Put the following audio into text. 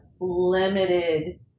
limited